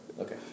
Okay